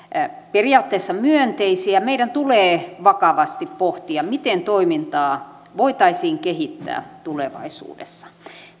periaatteessa myönteisiä meidän tulee vakavasti pohtia miten toimintaa voitaisiin kehittää tulevaisuudessa